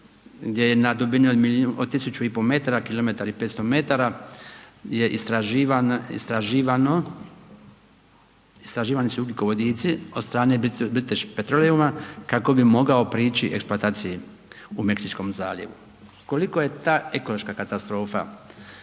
gdje je na dubini od tisuću i pol metara kilometar i 500 metara je istraživano, istraživani su ugljikovodici od strane British Petroleuma kako bi mogao prići eksploataciji u Meksičkom zaljevu. Koliko je ta ekološka katastrofa